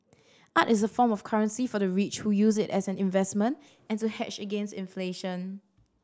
art is a form of currency for the rich who use it as an investment and to hedge against inflation